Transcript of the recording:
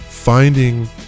finding